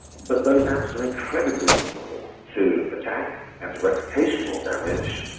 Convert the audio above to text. but those apps are incredibly vulnerable to attack and to reputational damage,